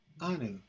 Anu